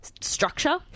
structure